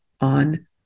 on